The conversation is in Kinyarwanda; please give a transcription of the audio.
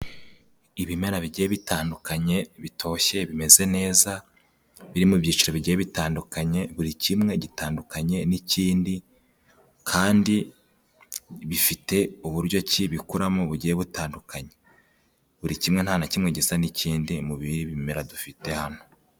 Ibimera bigiye bitandukanye bitoshye bimeze neza, biri mu byiciro bigiye bitandukanye buri kimwe gitandukanye n'ikindi, kandi bifite uburyo ki bikuramo bugiye butandukanye. Buri kimwe nta kimera gisa n'ikindi mu bimera dufite hano.